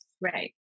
Right